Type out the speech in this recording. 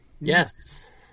Yes